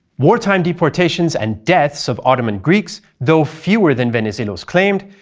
wartime deportations and deaths of ottoman greeks, though fewer than venizelos claimed,